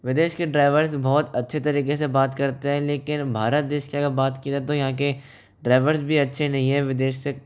विदेश के ड्राइवर्स बहुत अच्छे तरीके से बात करते हैं लेकिन भारत देश की अगर बात की जाए तो यहाँ के ड्राइवर्स भी अच्छे नहीं हैं विदेश से